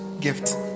gift